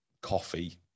coffee